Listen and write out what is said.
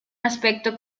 aspecto